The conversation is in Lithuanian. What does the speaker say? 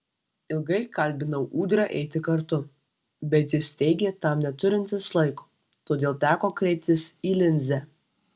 ilgai kalbinau ūdrą eiti kartu bet jis teigė tam neturintis laiko todėl teko kreiptis į linzę